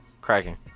Cracking